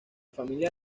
familia